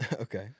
Okay